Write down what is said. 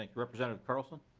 like represent ative carlson.